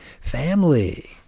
family